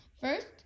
First